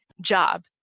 Job